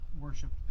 worshipped